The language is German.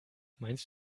meinst